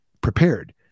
prepared